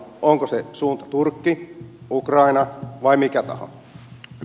onko se suunta turkki ukraina vai mikä taho